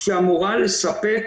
שאמורה לספק